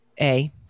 A-